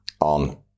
on